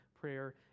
prayer